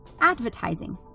advertising